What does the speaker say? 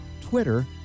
Twitter